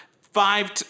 five